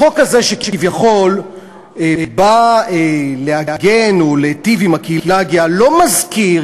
החוק הזה שכביכול בא להגן או להיטיב עם הקהילה הגאה לא מזכיר,